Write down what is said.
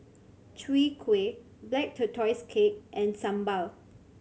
Chwee Kueh Black Tortoise Cake and sambal